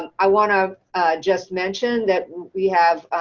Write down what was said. and i wanna just mention that we have,